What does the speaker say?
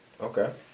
Okay